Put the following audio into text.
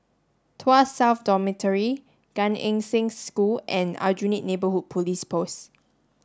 Tuas South Dormitory Gan Eng Seng School and Aljunied Neighbourhood Police Post